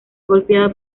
golpeada